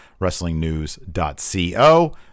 wrestlingnews.co